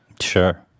Sure